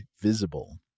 Visible